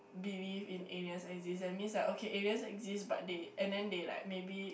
believe in aliens exist that means like okay aliens exist but they and then they like maybe